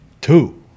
two